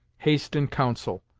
haste in council,